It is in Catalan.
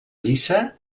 lliça